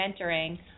mentoring